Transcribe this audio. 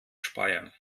speyer